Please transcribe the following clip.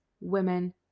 women